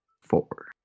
four